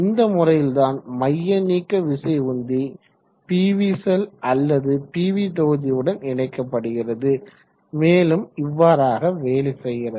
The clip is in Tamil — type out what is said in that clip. இந்த முறையில் தான் மையநீக்க விசை உந்தி பிவி செல் அல்லது பிவி தொகுதி உடன் இணைக்கப்படுகிறது மேலும் இவ்வாறாக வேலை செய்கிறது